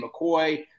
McCoy